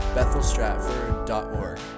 BethelStratford.org